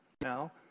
now